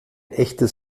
echtes